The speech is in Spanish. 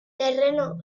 terreno